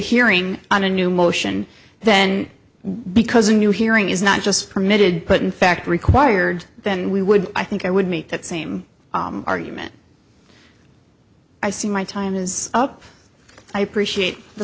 hearing on a new motion then because a new hearing is not just permitted put in fact required then we would i think i would make that same argument i see my time is up i appreciate th